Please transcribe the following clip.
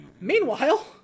meanwhile